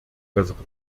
bessere